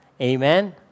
Amen